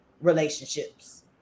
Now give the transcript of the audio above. relationships